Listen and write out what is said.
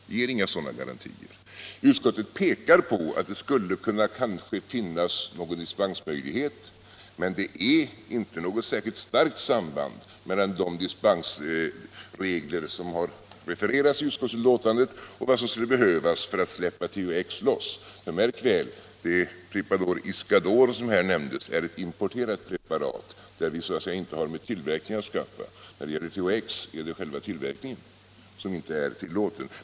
Det ger inga sådana garantier. Utskottet pekar på att det kanske skulle kunna finnas någon dispensmöjlighet, men det är inte något särskilt starkt samband mellan de dispensregler som har refererats i betänkandet och vad som skulle behövas för att släppa THX loss. Märk väl att det preparat Iscador som här nämnts är ett importerat preparat. Vi har så att säga inte med tillverkningen att skaffa. När det gäller THX är det själva tillverkningen som inte är tillåten.